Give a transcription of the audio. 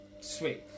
Sweet